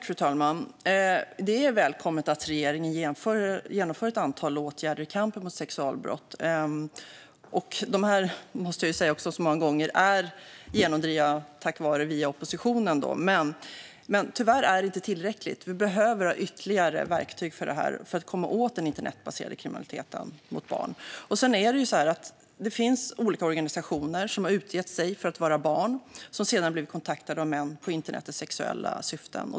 Fru talman! Det är välkommet att regeringen vidtar ett antal åtgärder i kampen mot sexualbrott. Dessa åtgärder är många gånger, måste jag säga, genomdrivna via oppositionen. Men tyvärr är det inte tillräckligt; vi behöver ha ytterligare verktyg för att komma åt den internetbaserade kriminaliteten mot barn. Det finns olika organisationer som har utgett sig för att vara barn och som sedan har blivit kontaktade av män på internet i sexuella syften.